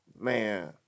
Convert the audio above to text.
Man